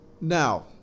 Now